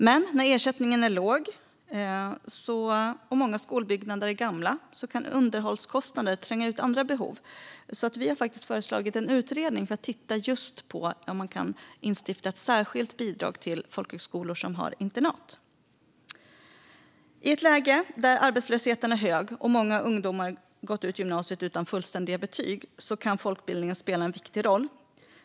Men när ersättningen är låg och många skolbyggnader är gamla kan underhållskostnader tränga ut andra behov. Vi har föreslagit att en utredning just ska titta på om man kan instifta ett särskilt bidrag till folkhögskolor som har internat. I ett läge där arbetslösheten är hög och många ungdomar gått ut gymnasiet utan fullständiga betyg kan folkbildningen spela en viktig roll.